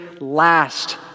last